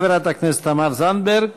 חברת הכנסת תמר זנדברג.